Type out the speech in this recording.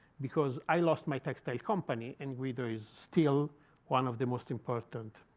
because i lost my textile company. and guido is still one of the most important